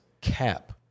cap